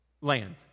land